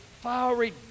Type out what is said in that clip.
fiery